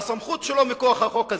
והסמכות שלו מכוח החוק הזה,